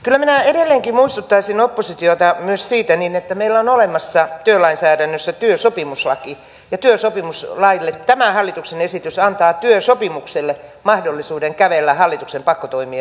kyllä minä edelleenkin muistuttaisin oppositiota myös siitä että meillä on olemassa työlainsäädännössä työsopimuslaki ja tämä hallituksen esitys antaa työsopimukselle mahdollisuuden kävellä hallituksen pakkotoimien yli